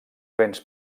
vents